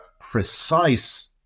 precise